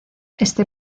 este